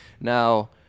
Now